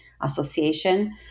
Association